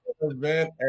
event